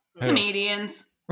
Comedians